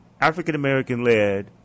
African-American-led